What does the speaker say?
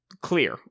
clear